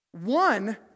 One